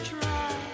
try